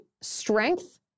strength